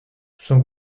son